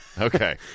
okay